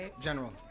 General